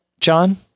John